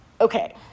okay